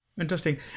interesting